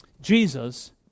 Jesus